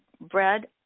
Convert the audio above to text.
bread